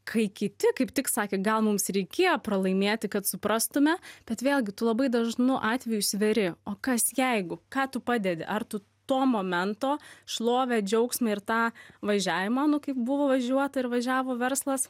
kai kiti kaip tik sakė gal mums reikėjo pralaimėti kad suprastume bet vėlgi tu labai dažnu atveju sveri o kas jeigu ką tu padedi ar tu to momento šlovę džiaugsmą ir tą važiavimą nu kaip buvo važiuota ir važiavo verslas